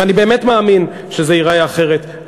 ואני באמת מאמין שזה ייראה אחרת,